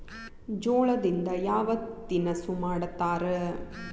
ಜೋಳದಿಂದ ಯಾವ ತಿನಸು ಮಾಡತಾರ?